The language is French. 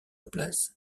place